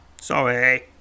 Sorry